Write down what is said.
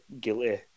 guilty